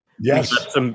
Yes